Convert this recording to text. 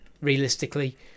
realistically